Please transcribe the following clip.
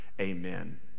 Amen